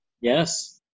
Yes